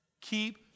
keep